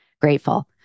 grateful